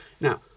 Now